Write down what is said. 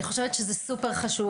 זה סופר חשוב.